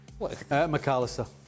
McAllister